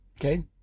Okay